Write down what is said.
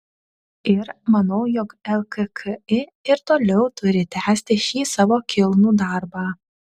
ir manau jog lkki ir toliau turi tęsti šį savo kilnų darbą